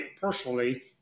personally